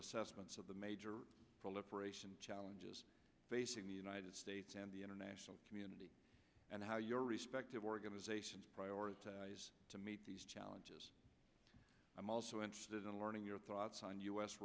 assessments of the major proliferation challenges facing the united states and the international community and how your respective organizations prioritize to meet these challenges i'm also interested in learning your thoughts on u